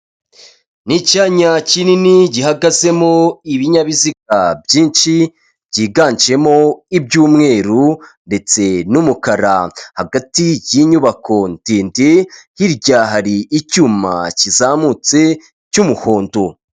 Ni icyanya kinini gihagazemo ibinyabiziga byinshi, byiganjemo iby'umweru ndetse n'umukara. Hagati y'inyubako ndende, hirya hari icyuma kizamutse cy'umuhondo.